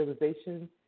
realization